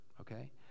okay